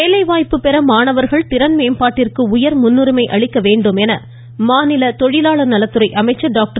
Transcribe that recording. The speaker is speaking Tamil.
வேலைவாய்ப்பு பெற மாணவர்கள் திறன்மேம்பாட்டிற்கு உயர்முன்னுரிமை அளிக்க வேண்டும் என மாநில தொழிலாளர் நலத்துறை அமைச்சர் டாக்டர்